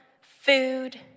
food